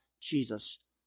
Jesus